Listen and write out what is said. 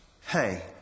Hey